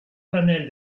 panel